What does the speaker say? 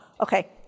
okay